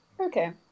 Okay